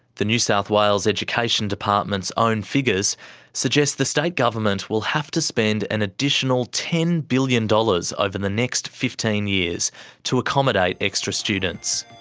the new south wales education department's own figures suggest the state government will have to spend an additional ten billion dollars over the next fifteen years to accommodate extra students.